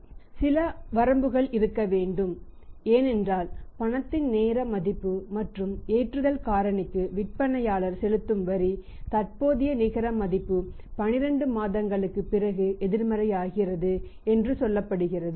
இதற்கு சில வரம்புகள் இருக்க வேண்டும் ஏனென்றால் பணத்தின் நேர மதிப்பு மற்றும் ஏற்றுதல் காரணிக்கு விற்பனையாளர் செலுத்தும் வரி தற்போதைய நிகர மதிப்பு 12 மாதங்களுக்குப் பிறகு எதிர்மறையாகிறது என்று சொல்லப்படுகிறது